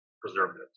preservatives